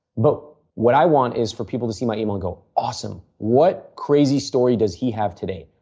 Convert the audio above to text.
but, what i want is for people to see my email go awesome. what crazy story does he have today?